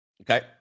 Okay